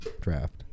draft